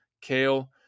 kale